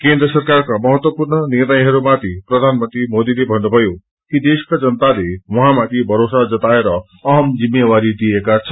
केनद्र सरकारका महतवपूर्ण निष्रयहरूमाथि प्रधानमंत्री मोदीले भन्नुभयो कि देशका जनताले उहाँमाथि भरोसा जताएर अहम जिम्मेवारी दिएका छन्